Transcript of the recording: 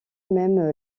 même